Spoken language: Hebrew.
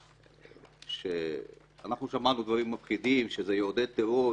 אנחנו שמענו דברים מפחידים: שזה יעודד טרור,